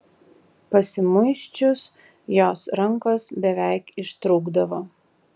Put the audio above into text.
pasimuisčius jos rankos beveik ištrūkdavo